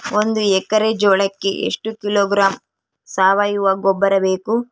ಒಂದು ಎಕ್ಕರೆ ಜೋಳಕ್ಕೆ ಎಷ್ಟು ಕಿಲೋಗ್ರಾಂ ಸಾವಯುವ ಗೊಬ್ಬರ ಬೇಕು?